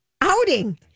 outing